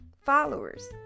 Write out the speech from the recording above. followers